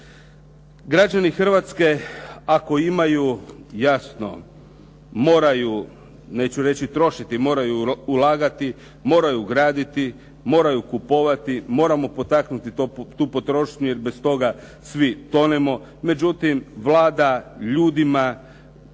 Građani Hrvatske ako imaju jasno moraju, neću reći trošiti, moraju ulagati, moraju graditi, moraju kupovati, moramo potaknuti tu potrošnju jer bez toga svi tonemo, međutim Vlada ljudima nije